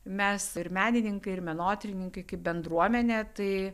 mes ir menininkai ir menotyrininkai kaip bendruomenė tai